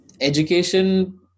education